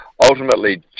ultimately